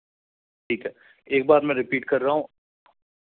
ठीक है एक बार मैं रिपीट कर रहा हूँ